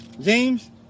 James